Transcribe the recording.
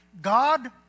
God